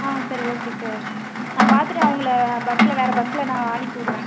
ஆ சரி okay sir நான் பார்த்துட்டு அவங்கள பஸ்ஸில் வேறு பஸ்ஸில் நான் அனுப்பிவுட்றேன்